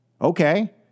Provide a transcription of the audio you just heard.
Okay